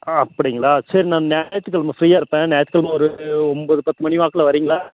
ஆ அப்படிங்ளா சரி நான் ஞாயிற்று கிழம ஃபீரியாக இருப்பேன் ஞாயிற்று கிழம ஒரு ஒம்பது பத்துமணி வாக்கில் வரீங்களா